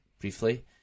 briefly